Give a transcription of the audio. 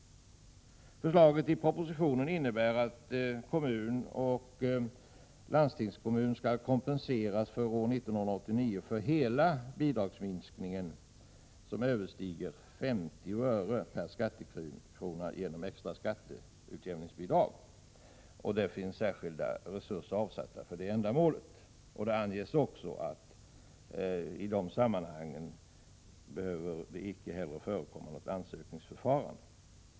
Förslaget i propositionen innebär att kommun och landstingskommun för år 1989 genom extra skatteutjämningsbidrag skall kompenseras för hela den bidragsminskning som överstiger 50 öre per skattekrona. Särskilda resurser finns avsatta för detta ändamål. Det anges också att det i dessa sammanhang inte behöver förekomma något ansökningsförfarande.